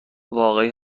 واقعی